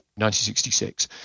1966